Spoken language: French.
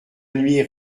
nuit